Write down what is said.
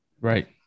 Right